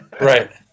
Right